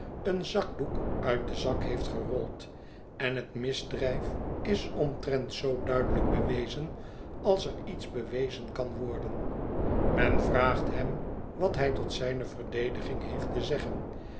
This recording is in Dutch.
een zakdoek uit den zak heeft gerold en het misdr'yf is omtrent zoo duidelijk bewezen als er iets bewezen kan worden men vraagt hem wat hij tot zijne verdediging heeft te zeggen